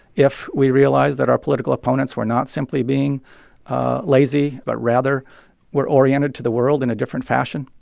if we realize that our political opponents were not simply being lazy but rather were oriented to the world in a different fashion,